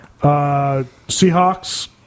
Seahawks